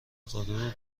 غرور